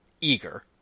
eager